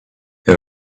they